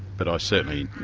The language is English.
but i certainly,